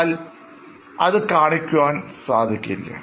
എന്നാൽ അത് കാണിക്കുവാൻ സാധിക്കില്ല